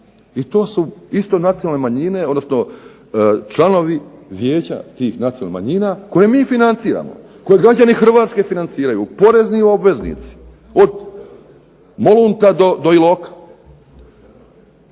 I to su isto nacionalne manjine, odnosno članovi vijeća tih nacionalnih manjina koje mi financiramo, koje građani Hrvatske financiraju, porezni obveznici, od Molunta do Iloka.